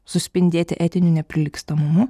suspindėti etiniu neprilygstamumu